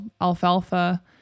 alfalfa